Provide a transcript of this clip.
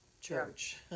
church